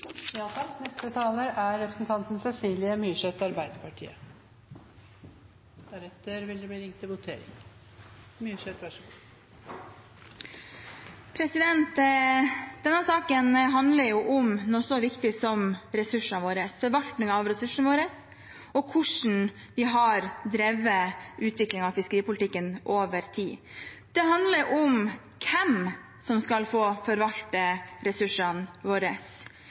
Denne saken handler om noe så viktig som ressursene våre, om forvaltningen av ressursene våre og hvordan vi har drevet utviklingen av fiskeripolitikken over tid. Det handler om hvem som skal få forvalte ressursene våre,